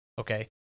okay